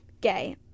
Gay